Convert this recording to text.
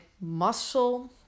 muscle